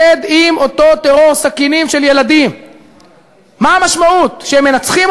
והדבר היחידי שהשתנה אולי בעובדה שהוא שוכב כאן